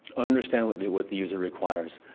understand what the what the user requires.